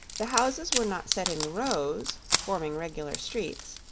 the houses were not set in rows, forming regular streets,